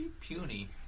puny